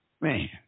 Man